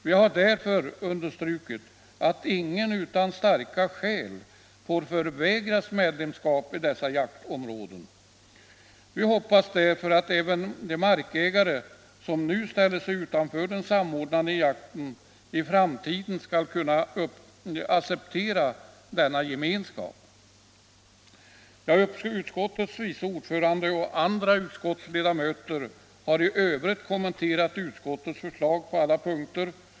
Vi har därför understrukit att ingen, utan mycket starka skäl, får förvägras medlemskap i dessa jaktområden. Vi hoppas därför att även de markägare som nu ställer sig utanför den samordnade jakten i framtiden skall kunna acceptera denna gemenskap. Utskottets vice ordförande och andra ledamöter i utskottet har i övrigt kommenterat utskottets förslag på alla punkter.